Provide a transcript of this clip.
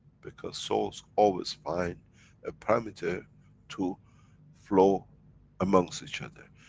because, souls always find a parameter to flow amongst each other.